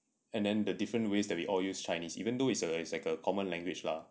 and then the different ways that we all use chinese even though it's it's like a common language lah